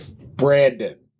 Brandon